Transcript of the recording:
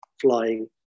flying